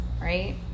right